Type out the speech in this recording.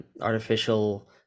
artificial